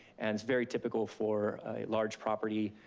and it's very typical for a large property,